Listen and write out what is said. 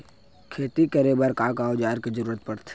खेती करे बर का का औज़ार के जरूरत पढ़थे?